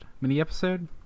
mini-episode